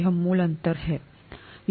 यही मूल अंतर है